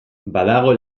badago